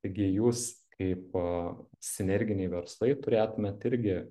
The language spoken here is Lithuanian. taigi jūs kaip sinerginiai verslai turėtmėt irgi